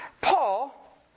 Paul